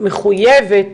מחויבת